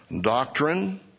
Doctrine